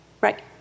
Right